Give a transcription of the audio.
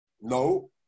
No